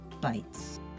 bites